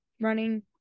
running